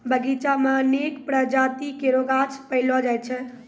बगीचा म अनेक प्रजाति केरो गाछ पैलो जाय छै